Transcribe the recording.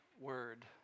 word